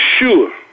sure